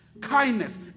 kindness